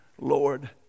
Lord